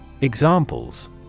Examples